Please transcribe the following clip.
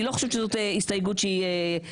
אני לא חושבת שזו הסתייגות שהיא הזויה,